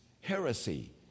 heresy